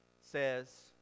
says